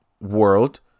world